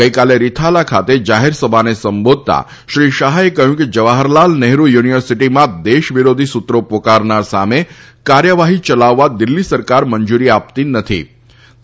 ગઇકાલે રીથાલા ખાતે જાહેરસભાને સંબોધતાં શ્રી શાહે કહ્યું કે જવાહરલાલ નહેરૂ યુનિવર્સીટીમાં દેશ વિરોધી સૂત્રો પોકારનાર સામે કાર્યવાહી યલાવવા દિલ્હી સરકાર મંજુરી આપતી નથીતેમણે